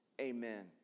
amen